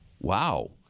Wow